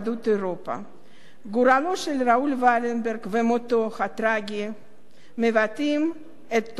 גורלו של ראול ולנברג ומותו הטרגי מבטאים את תולדות המאה ה-20.